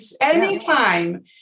anytime